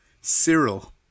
Cyril